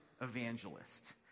evangelist